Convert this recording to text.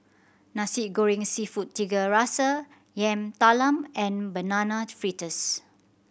Nasi Goreng Seafood Tiga Rasa Yam Talam and Banana Fritters